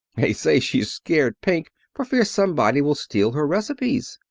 they say she's scared pink for fear somebody will steal her recipes.